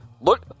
Look